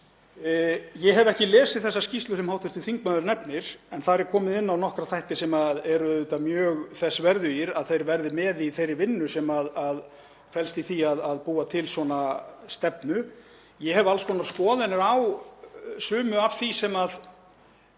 Ég hef ekki lesið þessa skýrslu sem hv. þingmaður nefnir en þarna er komið inn á nokkra þætti sem eru auðvitað mjög þess verðugir að þeir verði með í þeirri vinnu sem felst í því að búa til svona stefnu. Ég hef alls konar skoðanir á sumu af því sem